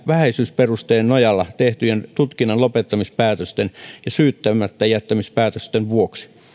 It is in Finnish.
vähäisyysperusteen nojalla tehtyjen tutkinnan lopettamispäätösten ja syyttämättäjättämispäätösten vuoksi